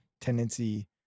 tendency